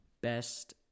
best